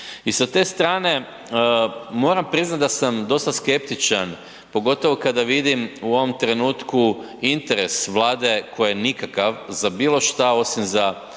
I sa te strane moram priznat da sam dostav skeptičan pogotovo kada vidim u ovom trenutku interes Vlade koji je nikakav za bilo šta osim za